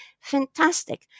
Fantastic